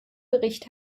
bericht